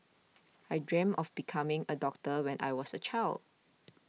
I dreamt of becoming a doctor when I was a child